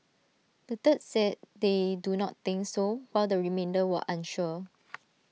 A third said they do not think so but the remainder were unsure